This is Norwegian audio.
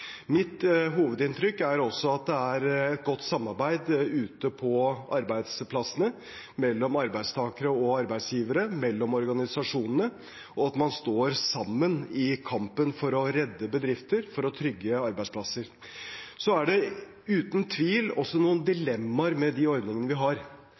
Mitt hovedinntrykk er også at det er godt samarbeid ute på arbeidsplassene mellom arbeidstakere og arbeidsgivere, mellom organisasjonene, og at man står sammen i kampen for å redde bedrifter for å trygge arbeidsplasser. Det er uten tvil også noen dilemmaer knyttet til de ordningene vi har.